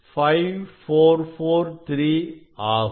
5443 ஆகும்